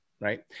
right